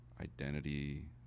identity